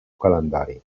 calendari